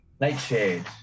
Nightshade